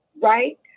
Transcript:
right